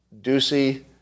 Ducey